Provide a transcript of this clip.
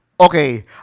Okay